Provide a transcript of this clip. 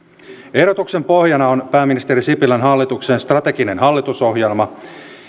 ehdotuksen pohjana on pääministeri sipilän hallituksen strateginen hallitusohjelma